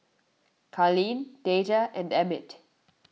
Carleen Dejah and Emmit